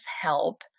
help